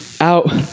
out